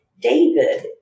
David